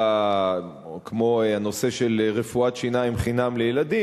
כמו הנושא של רפואת שיניים חינם לילדים,